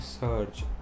search